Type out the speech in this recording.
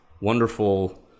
wonderful